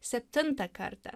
septintą kartą